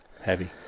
Heavy